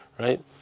Right